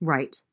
Right